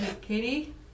Katie